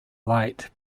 light